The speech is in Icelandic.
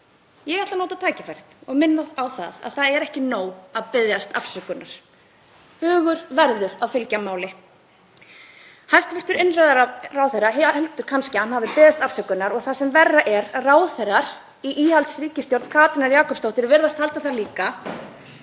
Ég ætla að nota tækifærið og minna á að það er ekki nóg að biðjast afsökunar. Hugur verður að fylgja máli. Hæstv. innviðaráðherra heldur kannski að hann hafi beðist afsökunar og það sem verra er, ráðherrar í íhaldsríkisstjórn Katrínar Jakobsdóttur virðast halda það líka.